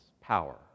power